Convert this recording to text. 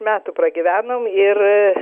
metų pragyvenom ir